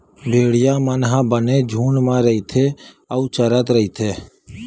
भेड़िया मन ह बने झूंड म रेंगथे अउ चरत रहिथे